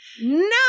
No